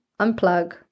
unplug